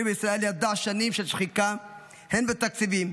בישראל ידע שנים של שחיקה הן בתקציבים,